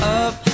up